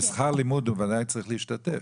אבל בשכר לימוד הוא ודאי צריך להשתתף.